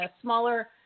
smaller